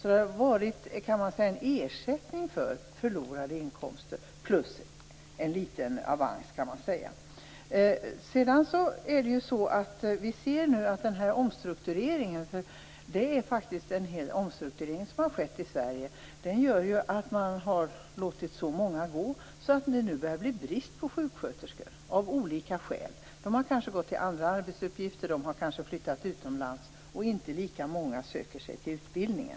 Man kan säga att pengarna har varit en ersättning för förlorade inkomster, plus en liten avans. Detta har olika skäl.